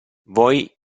voi